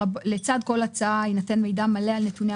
מתייחס בין היתר להערת מבקר המדינה בדוח שדיבר על כך